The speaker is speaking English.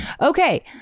Okay